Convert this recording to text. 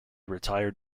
retired